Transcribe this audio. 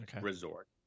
resort